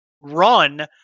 run